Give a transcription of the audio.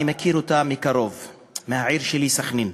אני מכיר אותה מקרוב מהעיר שלי סח'נין.